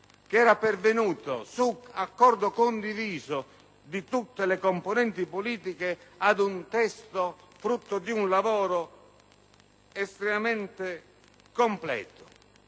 che era pervenuto, con un accordo condiviso di tutte le componenti politiche, ad un testo frutto di un lavoro estremamente completo.